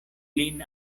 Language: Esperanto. lin